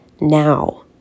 now